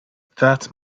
that